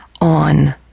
on